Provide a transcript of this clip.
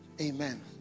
Amen